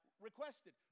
Requested